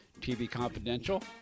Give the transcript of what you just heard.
tvconfidential